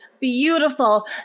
beautiful